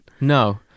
No